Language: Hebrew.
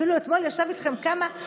אפילו אתמול ישב איתכם כמה,